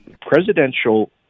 presidential